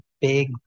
big